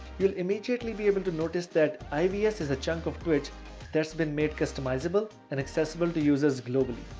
you'll immediately be able to notice that ivs is a chunk of twitch that's been made customizable and accessible to users globally.